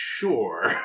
Sure